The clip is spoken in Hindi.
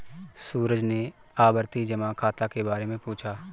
सूरज ने आवर्ती जमा खाता के बारे में पूछा